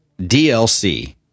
DLC